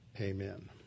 Amen